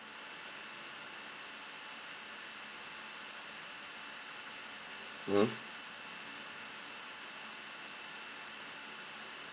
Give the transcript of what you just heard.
mmhmm